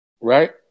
right